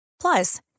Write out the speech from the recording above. Plus